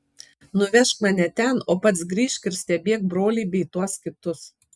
nuvežk mane ten o pats grįžk ir stebėk brolį bei tuos kitus